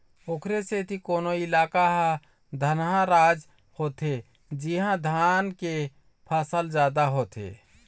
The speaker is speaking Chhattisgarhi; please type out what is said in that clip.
ओखरे सेती कोनो इलाका ह धनहा राज होथे जिहाँ धान के फसल जादा होथे